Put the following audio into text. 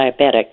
diabetic